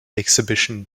exhibition